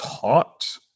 taught